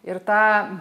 ir tą